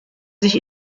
sich